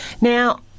Now